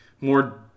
more